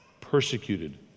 persecuted